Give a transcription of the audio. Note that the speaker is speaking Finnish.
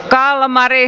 kalmari